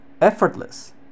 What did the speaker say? effortless